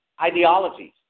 ideologies